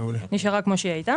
היא נשארה כמו שהיא הייתה.